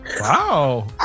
wow